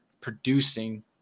producing